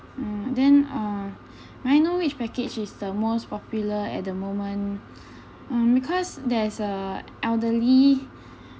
mm then uh may I know which package is the most popular at the moment mm because there's a elderly